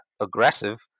aggressive